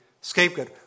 scapegoat